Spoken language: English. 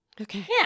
Okay